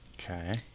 okay